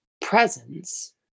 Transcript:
presence